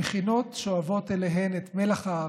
המכינות שואבות אליהן את מלח הארץ,